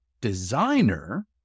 designer